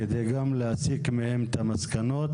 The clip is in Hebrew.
על מנת גם להסיק מהם את המסקנות,